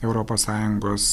europos sąjungos